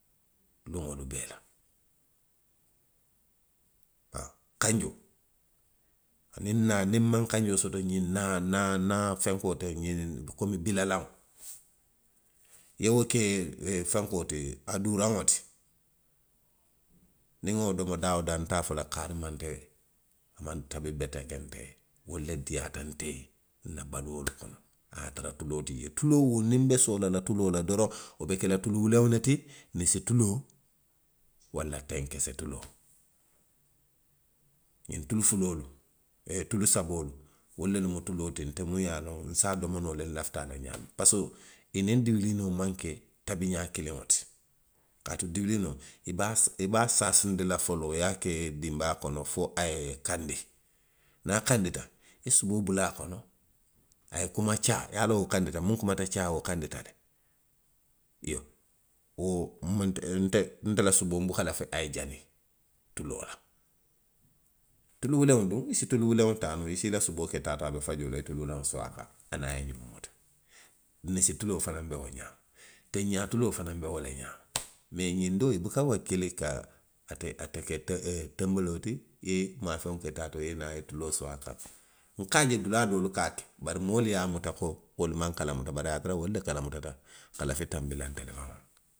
Luŋolu bee la. haa, kanjoo. aniŋ naa, niŋ nmaŋ naa kanjoo soto, ňiŋ naa, naa, naa fenkoo teŋ. komi ňiŋ, bulalaŋo. i ye wo k, fenkoo ti. ee duuraŋo ti. niŋ nŋa wo domo daa woo daa. nte a fo la kaarii maŋ nte. maŋ tabiri bete ke nte ye, wolu le diiyaata nte ye, nna baluolu kono, a ye a tara tuloo ti jee. Tuloo. wo niŋ nbe soola la tuloo la doroŋ. wo be ke la tulu wuleŋo le ti ninsi tuloo. walla teŋ kese tuloo. ňiŋ tulu fuloolu, ee tulu saboolu. wolu lemu tuloo ti minnu ye a loŋ nse a domo noo le nlafita a la xaamiŋ. parisiko i niŋ duwiliinoo maŋ ke tabiňaa kiliwo ti. Kaatu duwiliinoo. i be a sa, i be a saasindi la foloo, i ye a ke dinbaa kono fo a ye kandi. Niŋ a kandita. i ye suboo bula a kono. a ye kuma caa, i ye a low wo kandita le. Miŋ kuma caa woo kandita le. Iyoo, wo nmaŋ nte, nte la suboo nbuka lafi a ye jani, tuloo la. Tulu weleŋo duŋ, i si tulu wuleŋo taa noo, i si i la suboo ke taa to. a be fajoo la, i ye tulu wuleŋo soo a kaŋ, aniŋ a ye faji ňoo ti. Ninsi tuloo fanaŋ be be wo ňaa. teŋ ňaa tuloo fanaŋ be wo le ňaa. Mee ňiŋ doo, i buka wakkili ka ate, ate ke tobo. ee tonboloo ti, ee, i ye maafeŋo ke taa to, i ye naa i ye tuloo soo a kaŋ. Nka a je dulaa doolu kaa ke, bari moolu ye a muta ko, wolu maŋ kalamuta, bari a ye a tara wolu le kalamutata ka lafi tanbila itelu faŋolu la.